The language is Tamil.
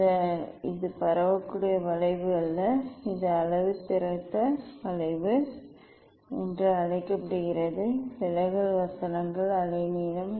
இந்த இது பரவக்கூடிய வளைவு அல்ல இது அளவுத்திருத்த வளைவு என்று அழைக்கப்படுகிறது விலகல் வசனங்கள் அலைநீளம்